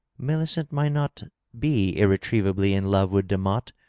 millicent might not be irre trievably in love with demotte,